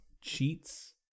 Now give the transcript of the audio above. cheats